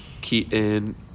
Keaton